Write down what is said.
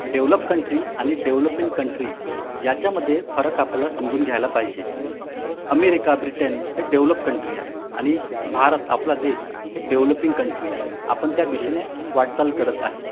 develop country आणि developing country याच्यामध्ये फरक आपल्याला समजून घ्यायला पाहिजे अमेरिका ब्रिटन हे डेवलप कंट्री आहे आणि भारत आपला देश हे डेवलपिंग कंट्री आहे आपण त्या दिशेने वाटचाल करत आहे